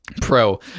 pro